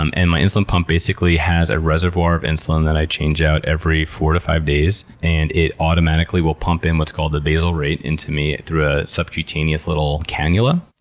um and my insulin pump basically has a reservoir of insulin that i change out every four to five days, and it automatically will pump in what's called the basal rate into me through a subcutaneous little cannula.